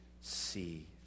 see